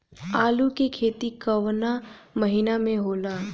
आलू के खेती कवना महीना में होला?